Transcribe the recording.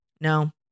No